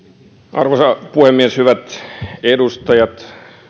arvoisa puhemies hyvät edustajat